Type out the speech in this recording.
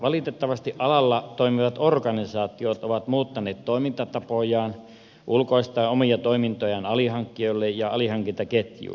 valitettavasti alalla toimivat organisaatiot ovat muuttaneet toimintatapojaan ulkoistaen omia toimintojaan alihankkijoille ja alihankintaketjuille